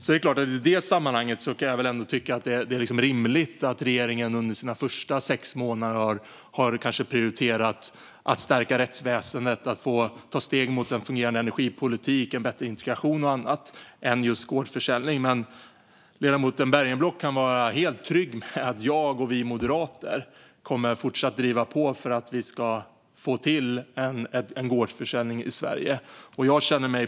I detta sammanhang är det rimligt att regeringen under sina första sex månader har prioriterat stärkt rättsväsen, fungerande energipolitik, förbättrad integration och annat framför gårdsförsäljning. Men ledamoten Bergenblock kan vara helt trygg med att jag och Moderaterna kommer att fortsätta att driva på för att få gårdsförsäljning i Sverige.